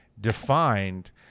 defined